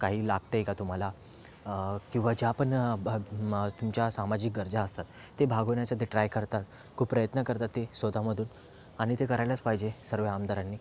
काही लागतं आहे का तुम्हाला किंवा ज्या पण भ तुमच्या सामाजिक गरजा असतात ते भागवण्याचा ते ट्राय करतात खूप प्रयत्न करतात ते स्वत मधून आणि ते करायलाच पाहिजे सर्व आमदारांनी